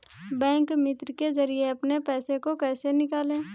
Bank मित्र के जरिए अपने पैसे को कैसे निकालें?